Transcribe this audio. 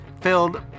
filled